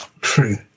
True